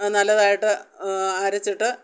അത് നല്ലതായിട്ട് അരച്ചിട്ട്